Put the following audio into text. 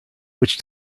which